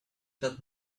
that